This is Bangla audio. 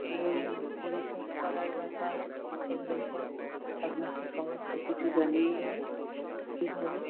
লোন পরিশোধ করার ব্যাপার সেগুলো সব আপনাকে সমস্ত কিছু জানিয়ে দেবো কীভাবে